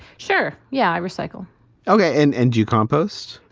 sure. yeah. i recycle ok. and and do you compost?